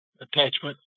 attachment